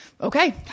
okay